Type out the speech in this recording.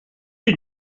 you